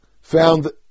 found